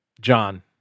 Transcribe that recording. John